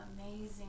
amazing